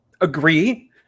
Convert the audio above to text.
agree